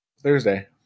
Thursday